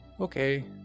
Okay